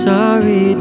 Sorry